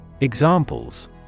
Examples